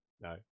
no